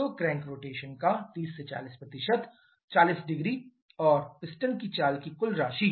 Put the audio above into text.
तो crank rotation का 30 से 400 और पिस्टन की चाल की कुछ राशि